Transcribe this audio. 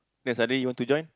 then Sunday you want to join